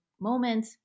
moment